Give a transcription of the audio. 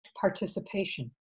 participation